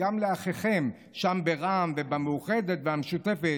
גם לאחיכם שם ברע"ם ובמאוחדת והמשותפת,